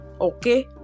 okay